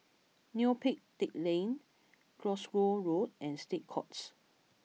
Neo Pee Teck Lane Glasgow Road and State Courts